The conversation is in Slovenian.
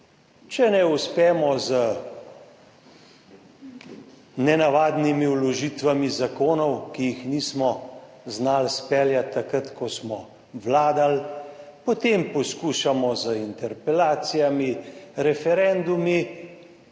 Če ne uspemo z nenavadnimi vložitvami zakonov, ki jih nismo znali izpeljati takrat, ko smo vladali, potem poskušamo z interpelacijami, referendumi,